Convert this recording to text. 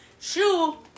shoe